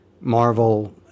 Marvel